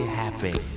happy